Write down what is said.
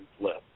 left